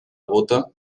bóta